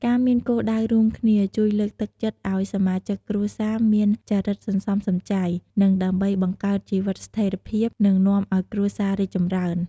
ការមានគោលដៅរួមគ្នា ជួយលើកទឹកចិត្តឲ្យសមាជិកគ្រួសារមានចរិតសន្សំសំចៃ និង ដើម្បីបង្កើតជីវិតស្ថេរភាព និងនាំឲ្យគ្រួសាររីកចម្រើន។